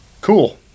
Cool